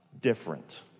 different